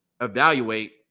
evaluate